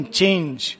change